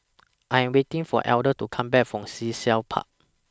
I Am waiting For Elder to Come Back from Sea Shell Park